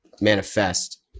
manifest